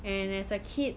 and as a kid